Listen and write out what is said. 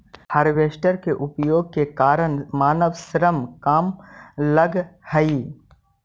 harvester के उपयोगिता के कारण मानव श्रम कम लगऽ हई